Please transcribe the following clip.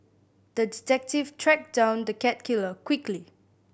the detective tracked down the cat killer quickly